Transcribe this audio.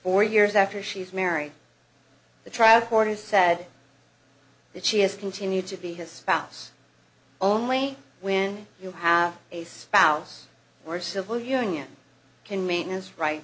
for years after she is married the trial court has said that she has continued to be his spouse only when you have a spouse or civil union can maintenance right